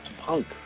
Punk